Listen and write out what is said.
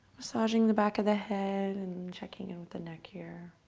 massaging the back of the head and checking in with the neck here.